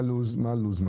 מה הלו"ז?